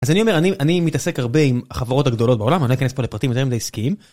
אז אני אומר, אני מתעסק הרבה עם החברות הגדולות בעולם, אני לא אכנס פה לפרטים יותר מדי עסקיים.